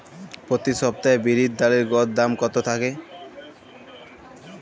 প্রতি সপ্তাহে বিরির ডালের গড় দাম কত থাকে?